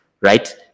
right